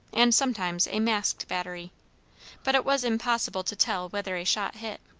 and sometimes a masked battery but it was impossible to tell whether a shot hit.